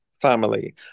family